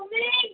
अच्छा